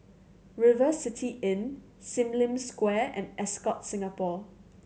River City Inn Sim Lim Square and Ascott Singapore